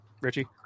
Richie